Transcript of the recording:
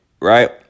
right